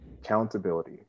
Accountability